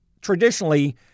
traditionally